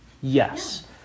Yes